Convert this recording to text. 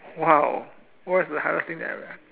!wah! what's the hardest thing I